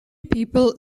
people